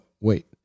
wait